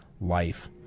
life